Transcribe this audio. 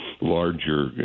larger